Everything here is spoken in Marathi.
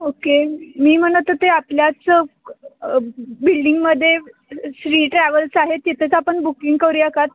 ओके मी म्हणत होते आपल्याच बिल्डिंगमध्ये श्री ट्रॅवल्स आहेत तिथेच आपण बुकिंग करूयाकात